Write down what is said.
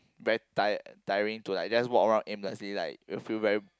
very tired tiring to like just walk around aimlessly like you feel very